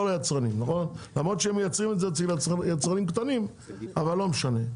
היצרנים נכון למרות שהם מייצרים את זה ליצרנים קטנים אבל לא משנה.